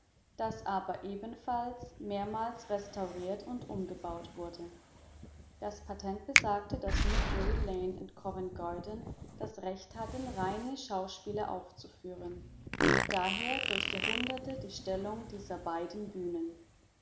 das aber ebenfalls mehrmals restauriert und umgebaut wurde das patent besagte daß nur drury lane und covent garden das recht hatten reine schauspiele aufzuführen daher durch jahrhunderte die stellung dieser beiden bühnen